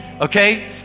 okay